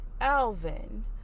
Alvin